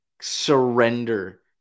surrender